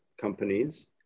companies